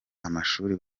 amashuri